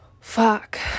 Fuck